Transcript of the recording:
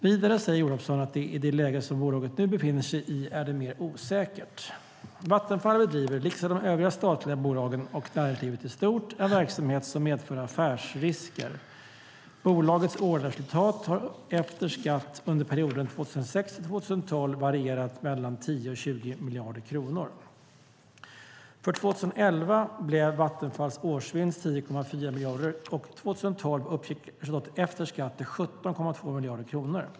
Vidare säger Olovsson att i det läge som bolaget nu befinner sig i är det mer osäkert. Vattenfall bedriver, liksom de övriga statliga bolagen och näringslivet i stort, en verksamhet som medför affärsrisker. Bolagets årliga resultat efter skatt har under perioden 2006-2012 varierat mellan 10 och 20 miljarder kronor. För 2011 blev Vattenfalls årsvinst 10,4 miljarder, och 2012 uppgick resultatet efter skatt till 17,2 miljarder kronor.